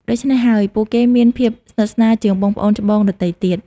ដូច្នេះហើយ ពួកគេមានភាពស្និទ្ធស្នាលជាងបងប្អូនច្បងដទៃទៀត។